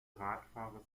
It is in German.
radfahrer